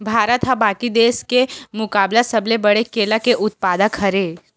भारत हा बाकि देस के मुकाबला सबले बड़े केला के उत्पादक हरे